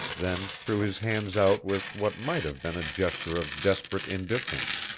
then threw his hands out with what might have been a gesture of desperate indifference.